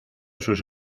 sus